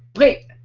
wait?